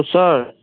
sir